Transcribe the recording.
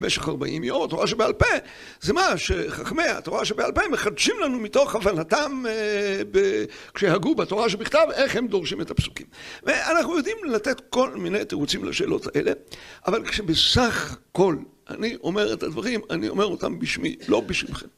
במשך 40 יום, תורה שבעל פה, זה מה שחכמי התורה שבעל פה מחדשים לנו מתוך הבנתם כשהגו בתורה שבכתב, איך הם דורשים את הפסוקים. ואנחנו יודעים לתת כל מיני תירוצים לשאלות האלה, אבל כשבסך כל אני אומר את הדברים, אני אומר אותם בשמי, לא בשמכם.